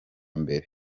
mbere